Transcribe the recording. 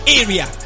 area